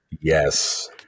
Yes